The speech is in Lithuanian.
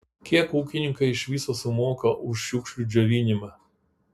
kiek ūkininkai iš viso sumoka už šiukšlių džiovinimą